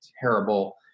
terrible